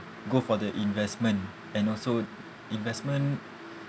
go for the investment and also investment